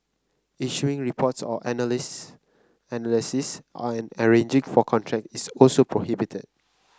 issuing reports or analysis analysis and arranging for contracts is also prohibited